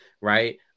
right